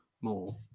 more